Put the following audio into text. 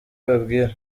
ababwira